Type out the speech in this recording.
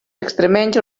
extremenys